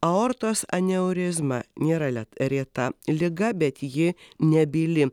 aortos aneurizma nėra let reta liga bet ji nebyli